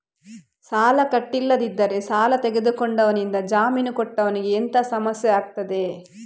ಸಾಲ ಕಟ್ಟಿಲ್ಲದಿದ್ದರೆ ಸಾಲ ತೆಗೆದುಕೊಂಡವನಿಂದ ಜಾಮೀನು ಕೊಟ್ಟವನಿಗೆ ಎಂತ ಸಮಸ್ಯೆ ಆಗ್ತದೆ?